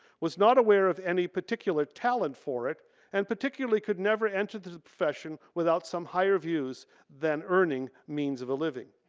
was not aware of any particular talent for it and particularly could never enter the profession without some higher views than earning means of a living.